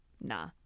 Nah